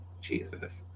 Jesus